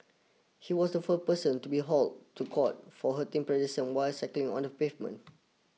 he was the first person to be hauled to court for hurting pedestrian while cycling on the pavement